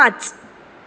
पांच